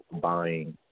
buying